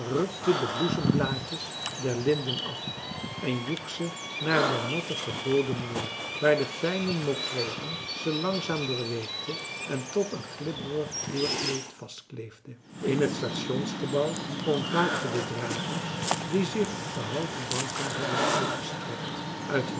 de bloesemblaadjes der linden af en joeg ze naar den nattigen bodem neer waar de fijne motregen ze langzaam doorweekte en tot een glibberig vloerkleed vastkleefde in het stationsgebouw ontwaakten de dragers die zich op de houten banken hadden uitgestrekt